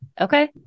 Okay